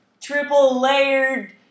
triple-layered